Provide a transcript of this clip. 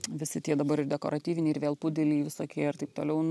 visi tie dabar dekoratyviniai ir vėl pudeliai visokie ir taip toliau